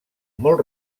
molt